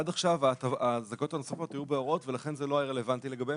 עד עכשיו הזכאויות הנוספות היו בהוראות ולכן זה לא היה רלוונטי לגביהם.